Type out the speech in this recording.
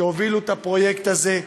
שהובילו את הפרויקט הזה.